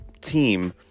team